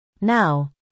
Now